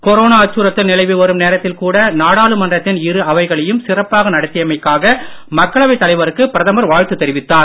corona அச்சுறுத்தல் நிலவி வரும் நேரத்தில் கூட நாடாளுமன்றத்தின் இரு அவைகளையும் சிறப்பாக நடத்தியமைக்காக மக்களவை தலைவருக்கு பிரதமர் வாழ்த்து தெரிவித்தார்